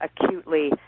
acutely